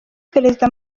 perezida